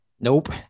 Nope